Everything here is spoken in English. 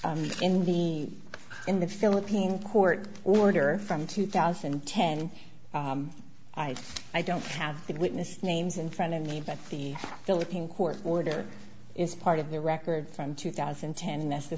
court in the in the philippine court order from two thousand and ten i i don't have the witness names in front of me but the philippine court order is part of the record from two thousand and ten and that's the